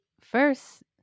first